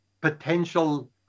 potential